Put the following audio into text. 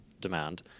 demand